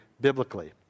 biblically